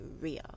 real